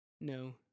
No